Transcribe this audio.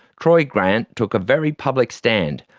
troy grant took a very public stand,